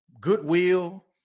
goodwill